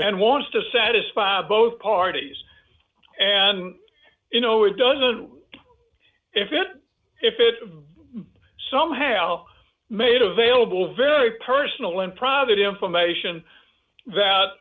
and wants to satisfy both parties and you know it doesn't if it if it somehow made available very personal and private information